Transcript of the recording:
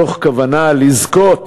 מתוך כוונה לזכות